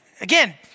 again